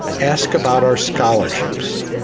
ask about our scholarships,